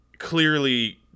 clearly